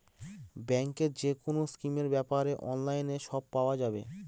ব্যাঙ্কের যেকোনো স্কিমের ব্যাপারে অনলাইনে সব পাওয়া যাবে